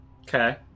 Okay